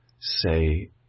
say